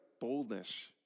boldness